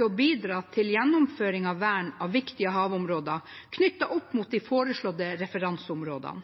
å bidra til gjennomføring av vern av viktige havområder knyttet opp mot de foreslåtte referanseområdene.